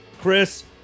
Chris